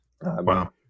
Wow